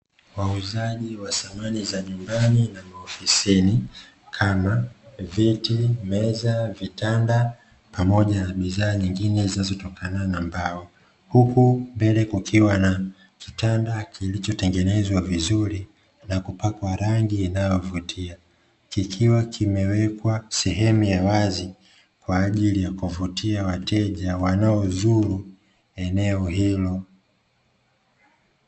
Wauzaji wa samani za nyumbani na maofisini, kama: viti, meza, vitanda, pamoja na bidhaa nyingine zinazotokaa na mbao, huku mbele kukiwa na kitanda kilichotengenezwa vizuri na kupakwa rangi inayovutia, kikiwa kimewekwa sehemu ya wazi kwa ajili ya kuwavutia wateja waozuru eneo hilo.